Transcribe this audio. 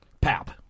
pap